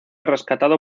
rescatado